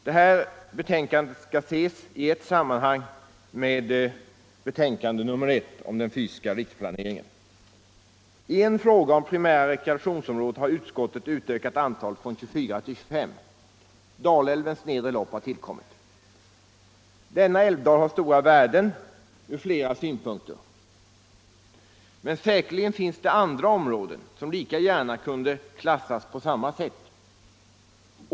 Detta betänkande skall ses i sammanhang med betänkandet nr I om den fysiska riksplaneringen. I fråga om primära rekreationsområden har utskottet utökat antalet från 24 till 25 — Dalälvens nedre lopp har tillkommit. Denna älvdal har stora värden ur flera synpunkter. Men säkerligen finns det andra områden som lika gärna kunde klassas på samma sätt.